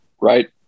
right